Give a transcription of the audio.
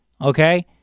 okay